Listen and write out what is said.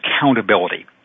accountability